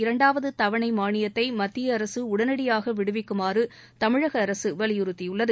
இரண்டாவது தவணை மானியத்தை மத்திய அரசு உடனடியாக விடுவிக்குமாறு தமிழக அரசு வலியுறுத்தியுள்ளது